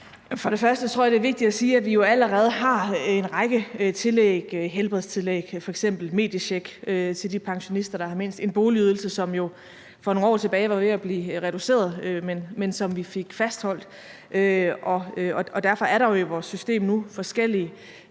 Krag): Først tror jeg det er vigtigt at sige, at vi jo allerede har en række tillæg, f.eks. helbredstillæg og mediecheck, til de pensionister, der har mindst. Der er en boligydelse, som for nogle år tilbage var ved at blive reduceret, men som vi fik fastholdt. Derfor er der jo i vores system nu forskellige